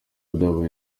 byabaye